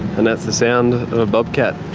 and that's the sound of a bobcat,